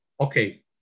okay